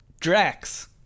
Drax